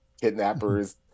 kidnappers